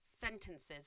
sentences